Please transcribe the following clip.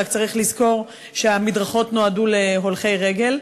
רק צריך לזכור שהמדרכות נועדו להולכי רגל.